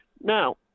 Now